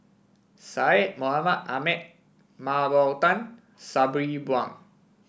Syed Mohamed Ahmed Mah Bow Tan Sabri Buang